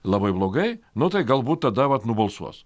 labai blogai nu tai galbūt tada vat nubalsuos